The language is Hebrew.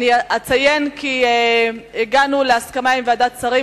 אציין כי הגענו להסכמה עם ועדת השרים,